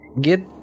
Get